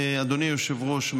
אדוני היושב-ראש,